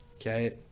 Okay